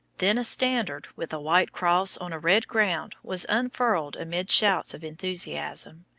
then a standard with a white cross on a red ground was unfurled amid shouts of enthusiasm,